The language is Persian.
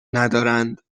ندارند